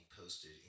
posted